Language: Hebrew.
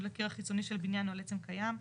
לקיר החיצוני של בנין או על עצם קיים.